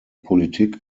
politik